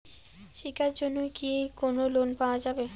শিক্ষার জন্যে কি কোনো লোন পাওয়া যাবে?